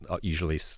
usually